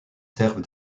servent